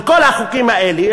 של כל החוקים האלה,